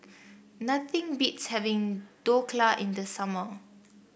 nothing beats having Dhokla in the summer